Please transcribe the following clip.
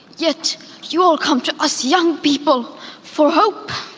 yet she will come to ah see young people for hope.